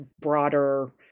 broader